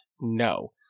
no